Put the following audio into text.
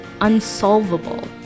unsolvable